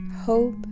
hope